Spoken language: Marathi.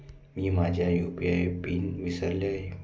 मी माझा यू.पी.आय पिन विसरले आहे